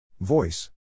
Voice